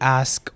ask